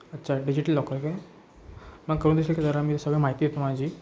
अच्छा digital locker काय मग करून देशील की जरा मी सगळं माहिती येतो माझी